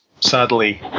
Sadly